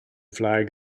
flag